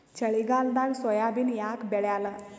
ಚಳಿಗಾಲದಾಗ ಸೋಯಾಬಿನ ಯಾಕ ಬೆಳ್ಯಾಲ?